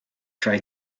try